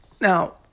Now